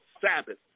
Sabbath